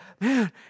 man